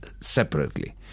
separately